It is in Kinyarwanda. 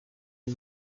ari